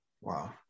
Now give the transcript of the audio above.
Wow